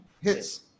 hits